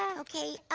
ah okay,